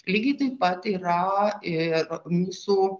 lygiai taip pat yra ir mūsų